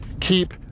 Keep